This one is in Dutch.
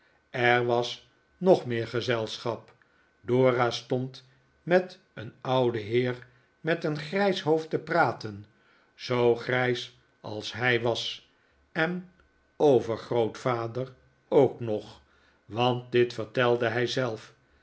er was nog meer gezelschap dora stond met een ouden heer met een grijs hoofd te praten zoo grijs als hij was en overgrootvader ook nog want dit vertelde hij